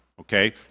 Okay